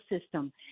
system